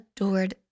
adored